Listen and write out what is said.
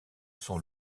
sont